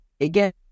again